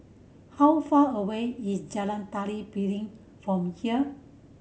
how far away is Jalan Tari Piring from here